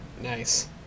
nice